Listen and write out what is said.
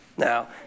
Now